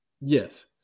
Yes